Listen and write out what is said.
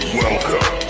welcome